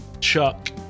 Chuck